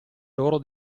loro